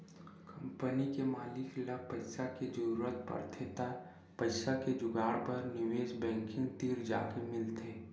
company के मालिक ल पइसा के जरूरत परथे त पइसा के जुगाड़ बर निवेस बेंकिग तीर जाके मिलथे